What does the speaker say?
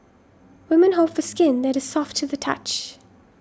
women hope for skin that is soft to the touch